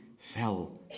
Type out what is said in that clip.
fell